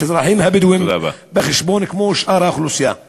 את האזרחים הבדואים בחשבון, כמו שאר האוכלוסייה.